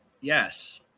Yes